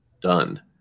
done